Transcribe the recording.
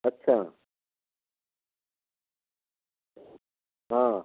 अच्छा हाँ